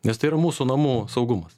nes tai yra mūsų namų saugumas